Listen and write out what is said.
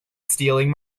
stealing